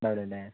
ഉണ്ടാകില്ല അല്ലെ